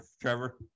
Trevor